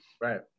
Right